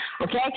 okay